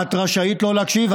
את רשאית לא להקשיב.